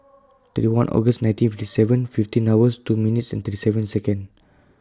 three one August nineteen fifty seven fifteen hours two minute thirty seven Second